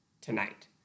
tonight